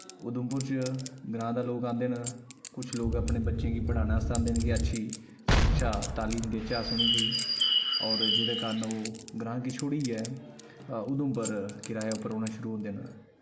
उधमपुर च ग्रांऽ दा लोग आंदे न कुछ लोग अपने बच्चें गी पढ़ाने आस्तै आंदे न कि अच्छी शिक्षा तालिम देचै अस उ'नें गी होर जेह्दे कारण ओह् ग्रांऽ गी छोड़ियै उधमपुर किराये पर रौह्ना शुरु होंदे न